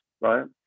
right